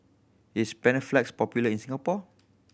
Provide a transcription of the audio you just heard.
is Panaflex popular in Singapore